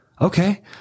Okay